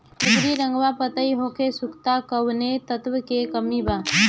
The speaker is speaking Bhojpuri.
बैगरी रंगवा पतयी होके सुखता कौवने तत्व के कमी बा?